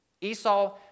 Esau